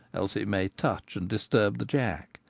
else it may touch and disturb the jack.